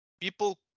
people